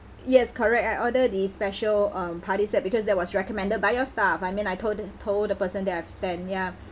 yes correct I ordered the special um party set because that was recommended by your staff I mean I told the told the person that I have ten ya